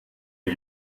der